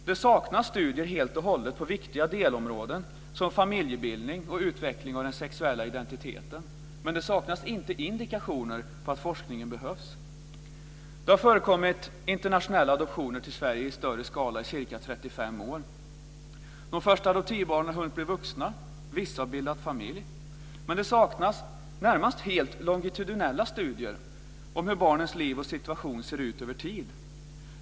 Det saknas helt och hållet studier på viktiga delområden, som familjebildning och utveckling av den sexuella identiteten. Men det saknas inte indikationer på att forskningen behövs. Det har förekommit internationella adoptioner till Sverige i större skala i ca 35 år. De första adoptivbarnen har hunnit bli vuxna. Vissa har bildat familj. Men det saknas närmast helt longitudinella studier om hur barnens liv och situation ser ut över tid.